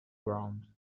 ground